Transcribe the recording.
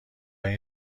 این